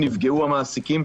נפגעו המעסיקים,